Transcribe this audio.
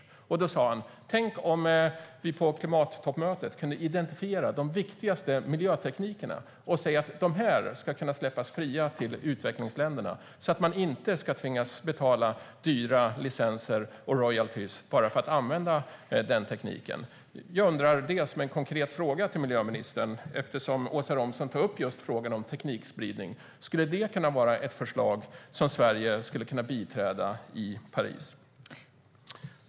Forskaren sa: Tänk, om vi på klimattoppmötet kunde identifiera de viktigaste miljöteknikerna och säga vilka som kan släppas fria till utvecklingsländerna för att de inte ska behöva betala dyra licenser och royaltyer bara för att använda sig av den tekniken! Eftersom Åsa Romson tar upp frågan om teknikspridning undrar jag: Skulle det kunna vara ett förslag som Sverige kan tänka sig att biträda i Paris?